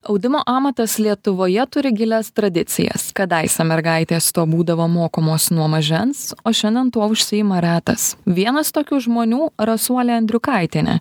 audimo amatas lietuvoje turi gilias tradicijas kadaise mergaitės to būdavo mokomos nuo mažens o šiandien tuo užsiima retas vienas tokių žmonių rasuolė andriukaitienė